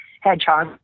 hedgehog